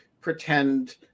pretend